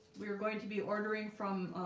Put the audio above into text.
we are going to be ordering from